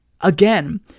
again